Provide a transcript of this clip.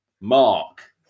Mark